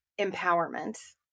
empowerment